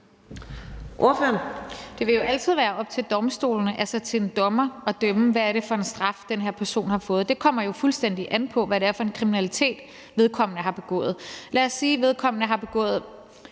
Lund (EL): Det vil jo altid være op til domstolene, altså til en dommer at idømme den straf, en person skal have. Det kommer jo fuldstændig an på, hvad det er for en kriminalitet, vedkommende har begået. Lad os sige, at vedkommende har begået